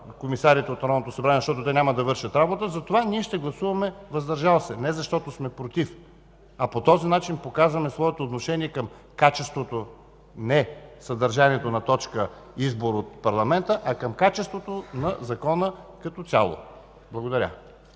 комисарите от Народното събрание, защото те няма да вършат работа. Затова ние ще гласуваме „въздържали се”, а не защото сме против, а по този начин показваме своето отношение към качеството, не съдържанието на точка „Избор от парламента”, а към качеството на закона като цяло. Благодаря.